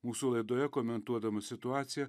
mūsų laidoje komentuodamas situaciją